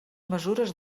mesures